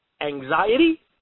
Anxiety